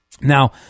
Now